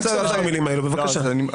אל תשתמש במילים האלה, בבקשה.